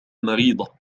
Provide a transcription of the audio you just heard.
مريضة